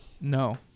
No